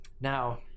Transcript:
Now